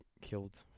killed